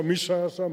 מי שהיה שם,